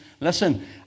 Listen